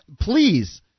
please